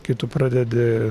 kai tu pradedi